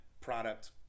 product